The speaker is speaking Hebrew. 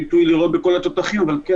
יש דבר אחד שגם רז התייחס אליו, אבל גם